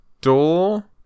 door